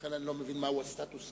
ולכן אני לא מבין מהו הסטטוס-קוו,